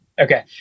Okay